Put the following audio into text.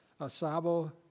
Asabo